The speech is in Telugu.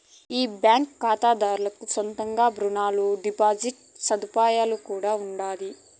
ఈ బాంకీ కాతాదార్లకి సొంత రునాలు, డిపాజిట్ సదుపాయం కూడా ఉండాది